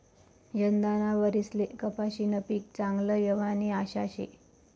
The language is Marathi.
यंदाना वरीसले कपाशीनं पीक चांगलं येवानी आशा शे